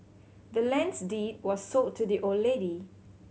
the land's deed was sold to the old lady